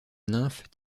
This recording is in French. nymphe